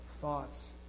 Thoughts